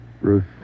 Ruth